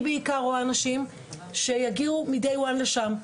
אני בעיקר רואה נשים שיגיעו מהיום הראשון לשם,